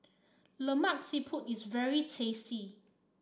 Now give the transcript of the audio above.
Lemak Siput is very tasty